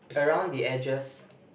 around the edges